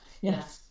Yes